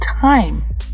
time